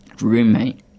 roommate